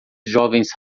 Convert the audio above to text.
jovens